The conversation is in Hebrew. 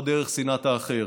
לא דרך שנאת האחר.